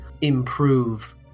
improve